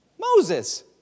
Moses